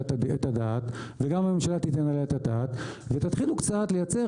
את הדעת וגם הממשלה תיתן עליה את הדעת ותתחילו קצת לייצר